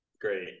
Great